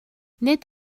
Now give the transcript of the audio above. nid